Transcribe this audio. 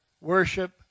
worship